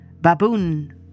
Baboon